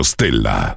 Stella